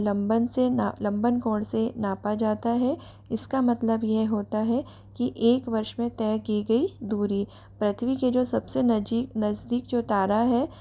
लम्बन से लम्बन कोण से नापा जाता है इसका मतलब यह होता है कि एक वर्ष में तय की गई दूरी पृथ्वी के जो सबसे नजीक नज़दीक जो तारा है